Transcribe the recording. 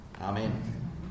Amen